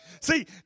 See